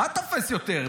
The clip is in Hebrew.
מה תופס יותר?